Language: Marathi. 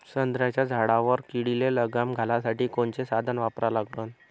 संत्र्याच्या झाडावर किडीले लगाम घालासाठी कोनचे साधनं वापरा लागन?